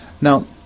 now